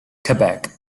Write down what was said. quebec